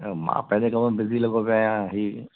ऐं मां पंहिंजे कम में बिजी लॻो पियो आहियां हीअ